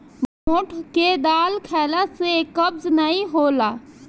मोठ के दाल खईला से कब्ज नाइ होला